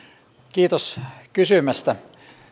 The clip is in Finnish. kiitos kysymästä